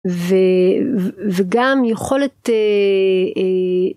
ו... וגם יכולת אה